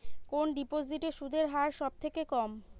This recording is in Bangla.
কোন ডিপোজিটে সুদের হার সবথেকে কম?